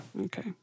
Okay